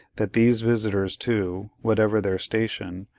that these visitors, too, whatever their station,